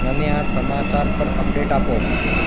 મને આ સમાચાર પર અપડેટ આપો